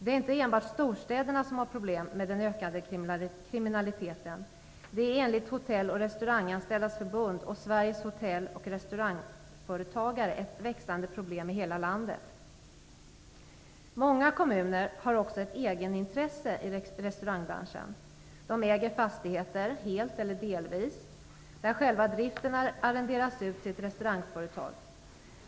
Det är inte enbart storstäderna som har problem med den ökande kriminaliteten. Det är enligt Hotelloch restauranganställdas förbund och Sveriges hotelloch restaurangförbund ett växande problem i hela landet. Många kommuner har också ett egenintresse i restaurangbranschen. De äger fastigheter, helt eller delvis, där själva driften arrenderas ut till ett restaurangföretag.